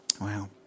Wow